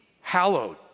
hallowed